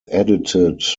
edited